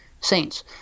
saints